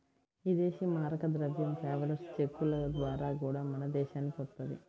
ఇదేశీ మారక ద్రవ్యం ట్రావెలర్స్ చెక్కుల ద్వారా గూడా మన దేశానికి వత్తది